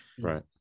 Right